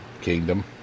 kingdom